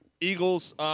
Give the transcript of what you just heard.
Eagles